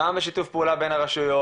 גם בשיתוף פעולה בין הרשויות,